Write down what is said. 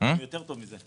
נתנו יותר טוב מזה.